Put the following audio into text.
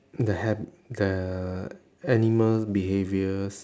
the hab~ the animal behaviours